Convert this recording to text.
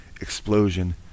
explosion